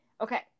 Okay